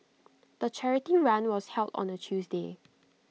the charity run was held on A Tuesday